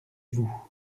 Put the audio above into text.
vous